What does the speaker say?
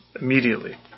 immediately